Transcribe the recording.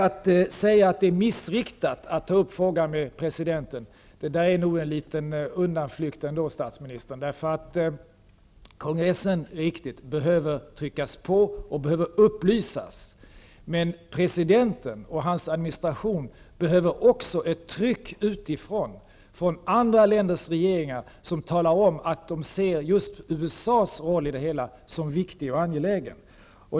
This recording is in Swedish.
Att säga att det vore missriktat att ta upp denna fråga med presidenten är nog ändå en liten undanflykt, statsministern. Det är riktigt att kongressen bör bli föremål för påtryckningar och behöver upplysas, men presidenten och hans administration behöver också ett tryck utifrån från andra länders regeringar. De skall tala om att de ser just USA:s roll i det hela som viktig och angelägen.